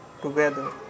Together